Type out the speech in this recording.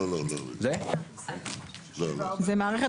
זה מערכת